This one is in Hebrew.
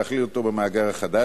להכליל אותו במאגר החדש,